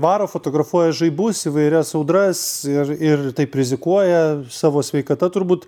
varo fotografuoja žaibus įvairias audras ir ir taip rizikuoja savo sveikata turbūt